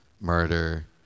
murder